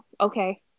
Okay